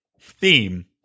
theme